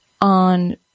on